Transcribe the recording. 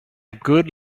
good